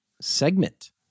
segment